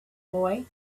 boy